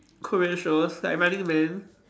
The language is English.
Korean shows like running man